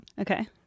Okay